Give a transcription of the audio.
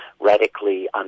radically